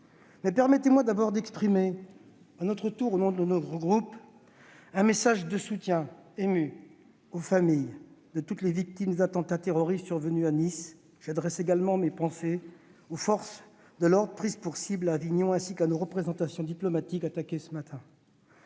! Permettez-moi, d'abord, d'exprimer au nom de mon groupe un message de soutien ému aux familles des victimes de l'attentat terroriste survenu à Nice. J'adresse également mes pensées aux forces de l'ordre prises pour cible à Avignon, ainsi qu'à nos représentations diplomatiques, l'une d'entre